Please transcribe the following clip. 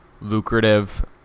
lucrative